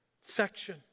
section